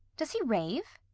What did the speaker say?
does he rave?